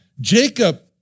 Jacob